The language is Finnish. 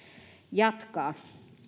jatkaa